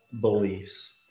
beliefs